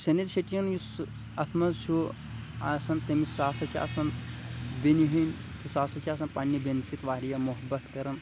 سُنیل شیٹِیُن یُس سُہ اَتھ منٛز چھُ آسان تٔمِس سُہ ہسا چھُ آسان بیٚنہٕ ہٕنٛدِ سُہ ہسا چھُ آسان پنٕنہِ بیٚنہِ سٍتۍ واریاہ محبت کَران